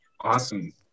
Awesome